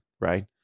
right